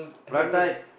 prata